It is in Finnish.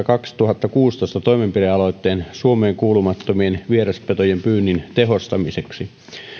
kaksituhattakuusitoista toimenpidealoitteen suomeen kuulumattomien vieraspetojen pyynnin tehostamiseksi